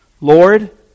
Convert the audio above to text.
Lord